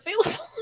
available